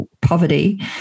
poverty